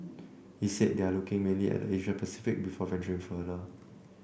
he said they are looking mainly at the Asia Pacific before venturing further